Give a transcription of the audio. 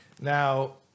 Now